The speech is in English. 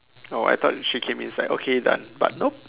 oh I thought she came it's like okay done but nope